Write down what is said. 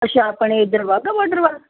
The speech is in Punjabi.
ਅੱਛਾ ਆਪਣੇ ਇੱਧਰ ਵਾਹਗਾ ਬੋਡਰ ਵੱਲ